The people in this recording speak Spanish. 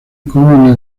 como